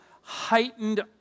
heightened